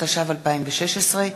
התשע"ו 2016,